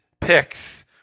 picks